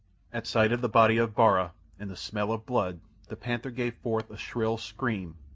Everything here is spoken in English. at sight of the body of bara and the smell of blood the panther gave forth a shrill scream,